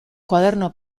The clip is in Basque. koaderno